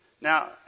Now